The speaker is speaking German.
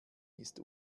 ist